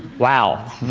wow.